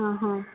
ఆహా